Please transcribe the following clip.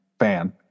fan